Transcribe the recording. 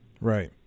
Right